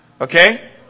Okay